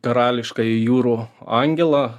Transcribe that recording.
karališkąjį jūrų angelą